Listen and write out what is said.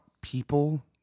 people